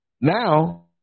now